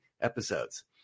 episodes